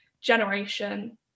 generation